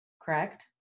Correct